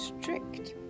strict